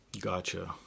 Gotcha